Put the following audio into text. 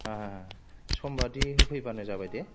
सम बादि होफैबानो जाबाय दे